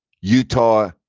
Utah